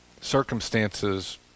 circumstances